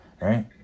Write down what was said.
Right